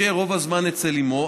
הוא ישהה רוב הזמן אצל אימו,